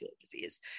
disease